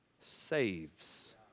saves